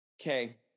okay